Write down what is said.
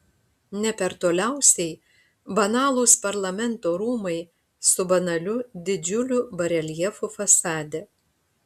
ne per toliausiai banalūs parlamento rūmai su banaliu didžiuliu bareljefu fasade